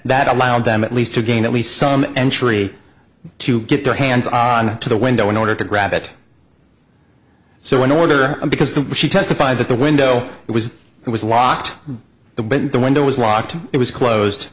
that allowed them at least to gain at least some entry to get their hands on to the window in order to grab it so in order because the she testified that the window was it was locked the but the window was locked it was closed